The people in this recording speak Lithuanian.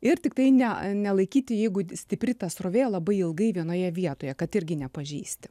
ir tiktai ne nelaikyti jeigu stipri ta srovė labai ilgai vienoje vietoje kad irgi nepažįsti